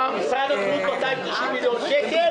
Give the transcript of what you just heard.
רכש של 2,000 אוטובוסים חדשים